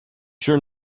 sure